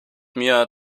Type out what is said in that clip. mir